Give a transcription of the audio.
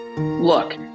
Look